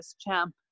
champ